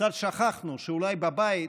קצת שכחנו שאולי בבית